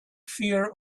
fear